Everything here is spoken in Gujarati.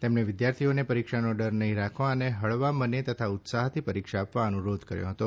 તેમણે વિદ્યાર્થીઓને પરીક્ષાનો ડર નહીં રાખવા અને હળવા મને તથા ઉત્સાહથી પરીક્ષા આપવા અનુરોધ કર્યો હતો